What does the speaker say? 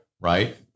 right